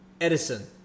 Edison